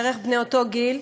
בערך בני אותו גיל,